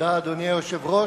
אדוני היושב-ראש,